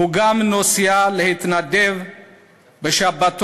והוא גם נוסע להתנדב בשבתות